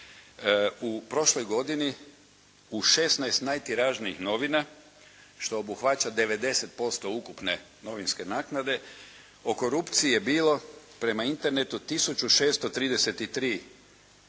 U prošloj godini, u 16 najtiražnijih novina što obuhvaća 90% ukupne novinske naknade, o korupciji je bilo prema Internetu